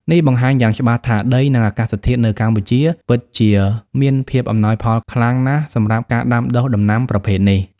នេះបង្ហាញយ៉ាងច្បាស់ថា ដី និងអាកាសធាតុនៅកម្ពុជាពិតជាមានភាពអំណោយផលខ្លាំងណាស់សម្រាប់ការដាំដុះដំណាំប្រភេទនេះ។